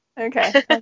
Okay